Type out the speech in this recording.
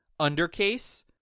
undercase